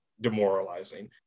demoralizing